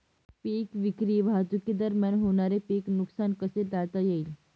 पीक विक्री वाहतुकीदरम्यान होणारे पीक नुकसान कसे टाळता येईल?